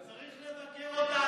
צריך לבקר אותה,